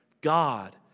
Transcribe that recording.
God